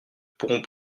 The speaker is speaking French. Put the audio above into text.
pourront